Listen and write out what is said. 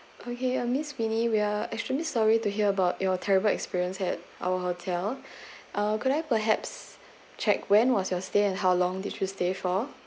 okay uh miss fini we're extremely sorry to hear about your terrible experience at our hotel um could I perhaps check when was your stay and how long did you stay for